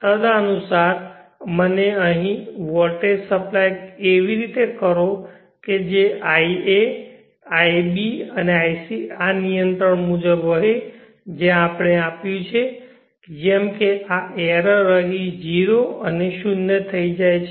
તદનુસાર અને અહીં વોલ્ટેજ સપ્લાય એવી રીતે કરો કે ia ib ic આ નિયંત્રણ મુજબ વહે જે આપણે આપ્યું છે જેમ કે આ એરર અહીં અને અહીં શૂન્ય થઈ જાય છે